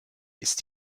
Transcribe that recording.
ist